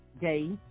day